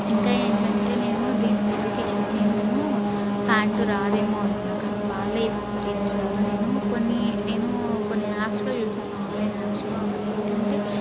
ఇంకా ఏంటంటే నేను దీని మీదకి చున్నీను ప్యాంటు రాదేమో అనుకున్నా కానీ వాళ్ళే ఇస్ ఇచ్చారు నేను కొన్ని నేను కొన్ని యాప్స్లో చూసాను ఆన్లైన్ యాప్స్లో అందులో ఏంటంటే